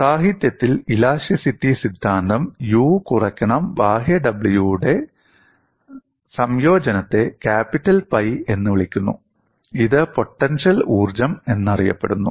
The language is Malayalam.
സാഹിത്യത്തിൽ ഇലാസ്റ്റിസിറ്റി സിദ്ധാന്തം U കുറക്കണം ബാഹ്യ W യുടെ സംയോജനത്തെ ക്യാപിറ്റൽ പൈ എന്ന് വിളിക്കുന്നു ഇത് പൊട്ടൻഷ്യൽ ഊർജ്ജം എന്നറിയപ്പെടുന്നു